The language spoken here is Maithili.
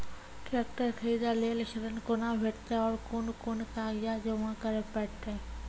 ट्रैक्टर खरीदै लेल ऋण कुना भेंटते और कुन कुन कागजात जमा करै परतै?